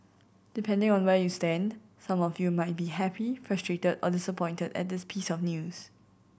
depending on where you stand some of you might be happy frustrated or disappointed at this piece of news